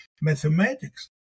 mathematics